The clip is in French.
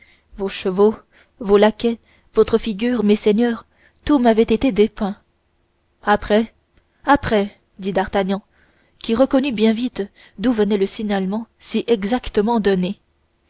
vos chevaux vos laquais votre figure messeigneurs tout m'avait été dépeint après après dit d'artagnan qui reconnut bien vite d'où venait le signalement si exactement donné